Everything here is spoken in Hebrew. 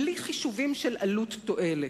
בלי חישובים של עלות-תועלת.